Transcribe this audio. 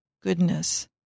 goodness